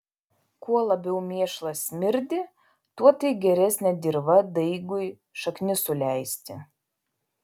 kuo labiau mėšlas smirdi tuo tai geresnė dirva daigui šaknis suleisti